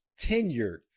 tenured